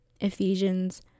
ephesians